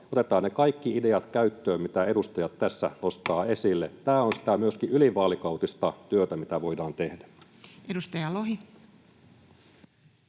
Otetaan ne kaikki ideat käyttöön, mitä edustajat tässä nostavat esille. Tämä on myöskin sitä ylivaalikautista työtä, mitä voidaan tehdä. [Speech